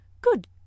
Good